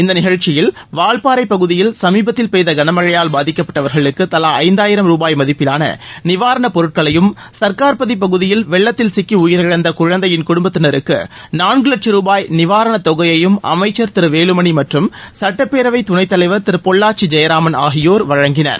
இந்த நிகழ்ச்சியில் வால்பாறை பகுதியில் சமீபத்தில் பெய்த கனமழையால் பாதிக்கப்பட்டவர்களுக்கு தவா ஐயாயிரம் ரூபாய் மதிப்பிலான நிவாரணப் பொருட்களையும் சர்க்கார்பதி பகுதியில் வெள்ளத்தில் சிக்கி உயிரிழந்த குழந்தையின் குடும்பத்தினருக்கு நான்கு லட்சும் ரூபாய் நிவாரணத் தொகையையும் அமைச்சர் திரு வேலுமணி மற்றும் சட்டப்பேரவை துணைத் தலைவர் திரு பொள்ளாச்சி ஜெயராமன் ஆகியோர் வழங்கினர்